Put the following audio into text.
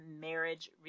marriage